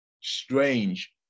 strange